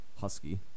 husky